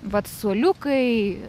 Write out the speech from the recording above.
vat suoliukai